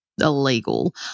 illegal